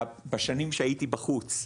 בשנים שהייתי בחוץ,